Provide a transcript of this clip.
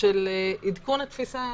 של עדכון התפיסה,